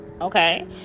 okay